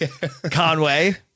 Conway